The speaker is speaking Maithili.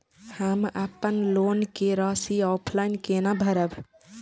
हम अपन लोन के राशि ऑफलाइन केना भरब?